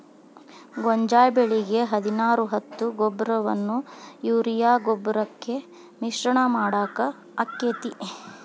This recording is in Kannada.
ಗೋಂಜಾಳ ಬೆಳಿಗೆ ಹದಿನಾರು ಹತ್ತು ಗೊಬ್ಬರವನ್ನು ಯೂರಿಯಾ ಗೊಬ್ಬರಕ್ಕೆ ಮಿಶ್ರಣ ಮಾಡಾಕ ಆಕ್ಕೆತಿ?